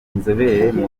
inzobere